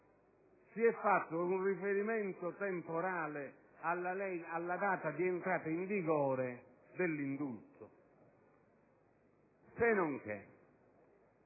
Si è fatto un riferimento temporale alla data di entrata in vigore dell'indulto. Questo